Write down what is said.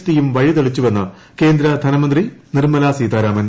ടിയും വഴിതെളിച്ചുവെന്ന് കേന്ദ്ര ധനമന്ത്രി നിർമ്മലാ സീതാരാമൻ